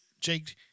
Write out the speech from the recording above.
jake